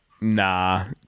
Nah